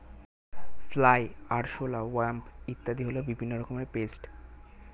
fly, আরশোলা, wasp ইত্যাদি হল বিভিন্ন রকমের পেস্ট